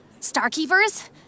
Starkeepers